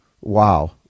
wow